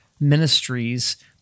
ministries